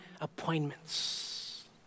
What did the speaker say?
appointments